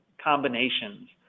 combinations